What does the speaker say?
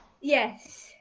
Yes